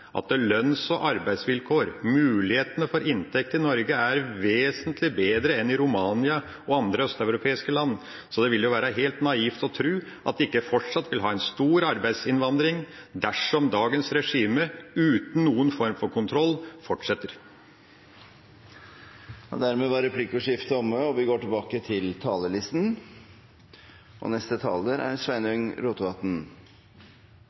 at lønns- og arbeidsvilkår, mulighetene for inntekt i Norge, er vesentlig bedre enn i Romania og andre østeuropeiske land. Det vil være helt naivt å tro at vi ikke fortsatt vil ha en stor arbeidsinnvandring dersom dagens regime uten noen form for kontroll fortsetter. Replikkordskiftet er dermed omme. Eg vil også starte innlegget mitt med å gratulere Anniken Hauglie som ny arbeidsminister. Vi